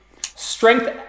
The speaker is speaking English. strength